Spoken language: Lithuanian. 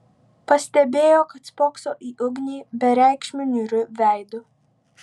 pastebėjo kad spokso į ugnį bereikšmiu niūriu veidu